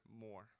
more